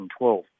2012